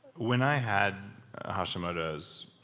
when i had hashimoto's,